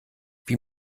wie